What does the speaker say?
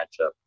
matchup